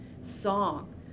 song